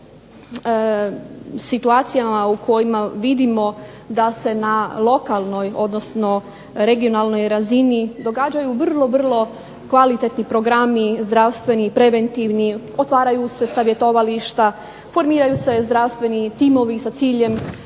situacijama u kojima vidimo da se na lokalnoj odnosno regionalnoj razini događaju vrlo, vrlo kvalitetni programi zdravstveni, preventivni, otvaraju se savjetovališta, formiraju se zdravstveni timovi sa ciljem